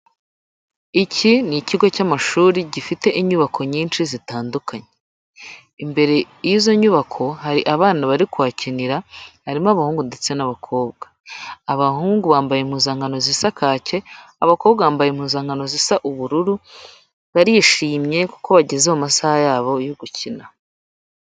Iki ni ikigo cy'amashuri gifite inyubako nyinshi zitandukanye, imbere y'izo nyubako hari abana bari kuhakinira, harimo abahungu ndetse n'abakobwa, abahungu bambaye impuzankano zisa kake, abakobwa bambaye impuzankano zisa ubururu, barishimye kuko bageze mu masaha yabo yo gukina.